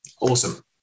awesome